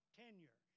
tenure